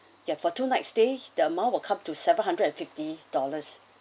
ya for two nights stay the amount will come to seven hundred and fifty dollars